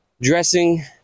dressing